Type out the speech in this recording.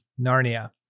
Narnia